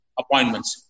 appointments